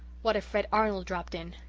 what if fred arnold dropped in?